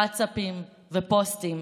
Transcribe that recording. ווטסאפים ופוסטים,